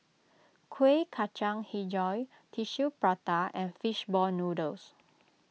Kueh Kacang HiJau Tissue Prata and Fish Ball Noodles